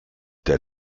der